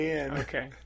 Okay